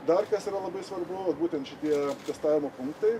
dar kas yra labai svarbu būtent šitie testavimo punktai